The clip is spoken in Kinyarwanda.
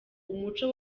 umuco